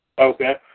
Okay